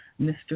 Mr